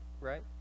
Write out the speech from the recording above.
right